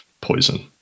poison